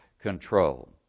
control